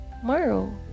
tomorrow